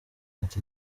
ati